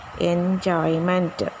enjoyment